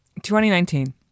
2019